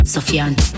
Sofiane